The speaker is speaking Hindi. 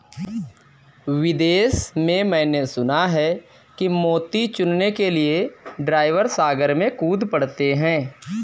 विदेश में मैंने सुना है कि मोती चुनने के लिए ड्राइवर सागर में कूद पड़ते हैं